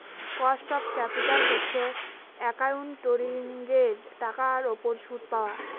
cost of capital হচ্ছে একাউন্টিঙের টাকার উপর সুদ পাওয়া